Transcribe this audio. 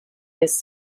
his